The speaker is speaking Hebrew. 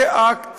זה אקט